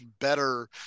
better